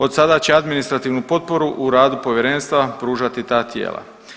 Od sada će administrativnu potporu u radu povjerenstva pružati ta tijela.